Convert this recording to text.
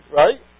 right